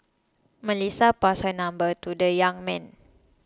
Melissa passed her number to the young man